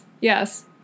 Yes